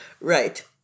right